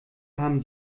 haben